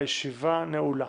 הישיבה נעולה.